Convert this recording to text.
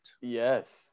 Yes